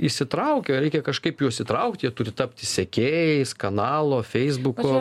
įsitraukia reikia kažkaip juos įtraukti jie turi tapti sekėjais kanalo feisbuko